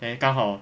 then 刚好